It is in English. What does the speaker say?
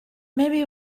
maybe